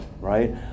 Right